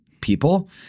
people